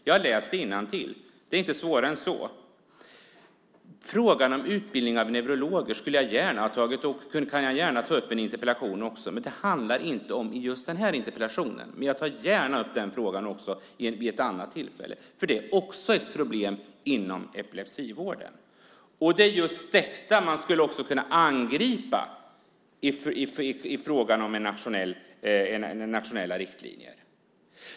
Jag har läst innantill. Det är inte svårare än så. Frågan om utbildning av neurologer kan jag också gärna ta upp i en interpellation. Just den här interpellationen handlar inte om det, men jag tar gärna upp den frågan vid ett annat tillfälle eftersom det också är ett problem inom epilepsivården. Det är också just detta som man skulle kunna angripa i frågan om nationella riktlinjer.